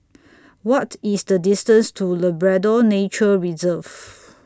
What IS The distance to Labrador Nature Reserve